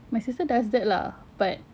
my sister does that lah but